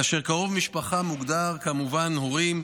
כאשר קרוב משפחה מוגדר כמובן הורים,